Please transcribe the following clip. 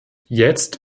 jetzt